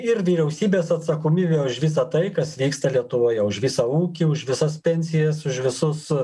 ir vyriausybės atsakomybė už visa tai kas vyksta lietuvoje už visą ūkį už visas pensijas už visus